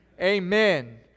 Amen